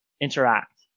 interact